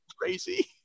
crazy